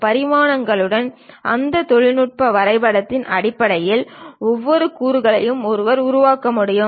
பரிமாணங்களுடன் அந்த தொழில்நுட்ப வரைபடத்தின் அடிப்படையில் ஒவ்வொரு கூறுகளையும் ஒருவர் உருவாக்க முடியும்